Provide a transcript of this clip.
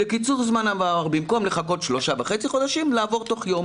לקיצור זמן המעבר במקום לחכות שלושה וחצי חודשים לעבור תוך יום.